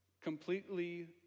completely